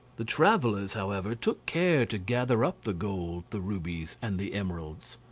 the travellers, however, took care to gather up the gold, the rubies, and the emeralds.